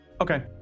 Okay